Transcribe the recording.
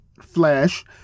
Flash